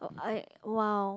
I while